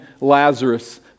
Lazarus